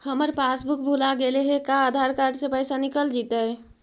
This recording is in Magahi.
हमर पासबुक भुला गेले हे का आधार कार्ड से पैसा निकल जितै?